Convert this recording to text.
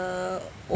uh